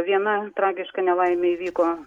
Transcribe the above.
viena tragiška nelaimė įvyko